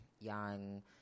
young